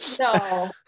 No